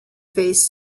faced